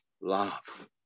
love